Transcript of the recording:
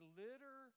litter